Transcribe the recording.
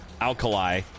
Alkali